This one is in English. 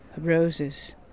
roses